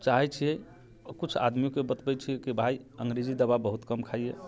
चाहै छियै आओर कुछ आदमीके बतबै छियै की भाय अंग्रेजी दवा बहुत कम खाइए